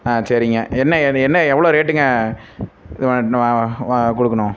ஆ சரிங்க என்ன எது என்ன எவ்வளவு ரேட்டுங்க கொடுக்கணும்